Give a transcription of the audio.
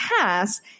pass